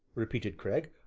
repeated cragg,